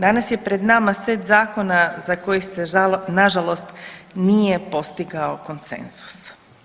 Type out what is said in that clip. Danas je pred nama set zakona za koji se nažalost nije postigao konsenzus.